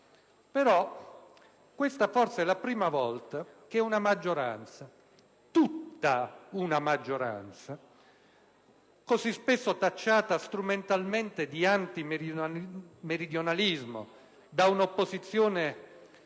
Però forse questa è la prima volta che una maggioranza, tutta una maggioranza, così spesso tacciata strumentalmente di antimeridionalismo da un'opposizione bisognosa